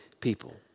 people